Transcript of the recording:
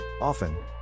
Often